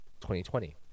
2020